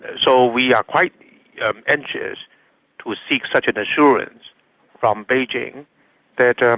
so we are quite anxious to seek such an assurance from beijing that um